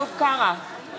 נגד מירי רגב, אינה